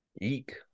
Eek